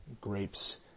grapes